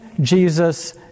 Jesus